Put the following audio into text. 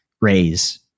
raise